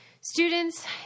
students